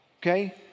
okay